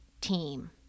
team